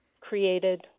created